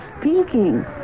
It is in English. speaking